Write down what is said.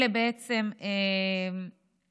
אלה בעצם מטמיעים